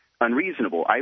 unreasonable